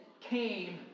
Came